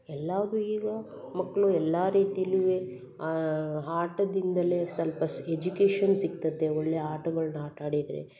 ಎಲ್ಲಾದು ಈಗ ಮಕ್ಕಳು ಎಲ್ಲ ರೀತಿಲ್ಲೂ ಆ ಆಟದಿಂದಲೇ ಸ್ವಲ್ಪ ಸ್ ಎಜುಕೇಷನ್ ಸಿಗ್ತದೆ ಒಳ್ಳೆಯ ಆಟಗಳ್ನ ಆಟಾಡಿದರೆ